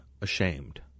ashamed